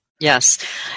Yes